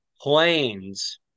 planes